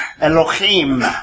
Elohim